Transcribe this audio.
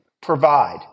provide